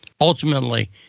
ultimately